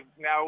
now